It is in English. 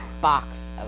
box